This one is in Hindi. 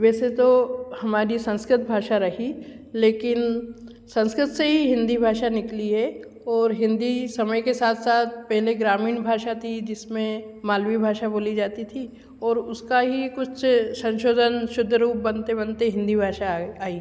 वैसे तो हमारी संस्कृत भाषा रही लेकिन संस्कृत से ही हिन्दी भाषा निकली है और हिन्दी समय के साथ साथ पहले ग्रामीण भाषा थी जिसमें मालवी भाषा बोली जाती थी और उसका ही कुछ संसोधन शुद्ध रूप बनते बनते हिन्दी भाषा आए आई